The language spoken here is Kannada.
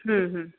ಹ್ಞೂ ಹ್ಞೂ